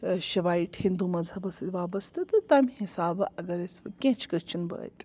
شوایٹ ہِنٛدوٗ مذہبَس سۭتۍ وابستہٕ تہٕ تَمہِ حِسابہٕ اگر أسۍ و کیٚنٛہہ چھِ کرٛسچن بٲے تہِ